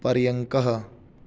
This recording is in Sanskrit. पर्यङ्कः